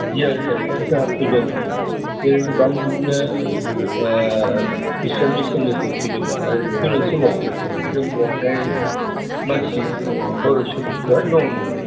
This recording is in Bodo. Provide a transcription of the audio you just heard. जि आर केमफासाव हाबफैदोंमोन जेरै गोबां बिदिनो ख्रिस्थियान मिसनारिफोर फैदोंमोन आरो फैनाय समाव जों बेवहाय मानसि बर' सुबुंफ्रा दंमोन